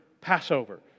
Passover